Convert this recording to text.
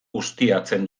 ustiatzen